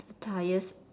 the tyres